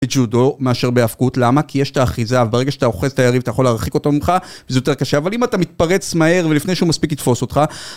בג'יודו מאשר בהפקות, למה? כי יש את האחיזה, וברגע שאתה אוחז את היריב, אתה יכול להרחיק אותו ממך, וזה יותר קשה, אבל אם אתה מתפרץ מהר, ולפני שהוא מספיק יתפוס אותך...